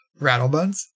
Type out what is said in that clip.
Rattlebuns